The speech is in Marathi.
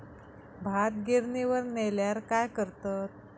भात गिर्निवर नेल्यार काय करतत?